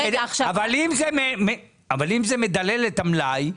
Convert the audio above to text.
אבל אם זה מדלל את המלאי,